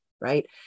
right